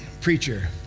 preacher